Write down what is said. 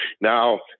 Now